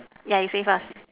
yeah you say first